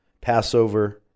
Passover